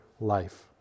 life